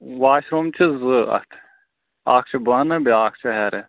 wash room چھِ زٕ اَتھ اَکھ چھُ بۄنہٕ بیٛاکھ چھُ ہیٚرٕ